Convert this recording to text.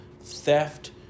theft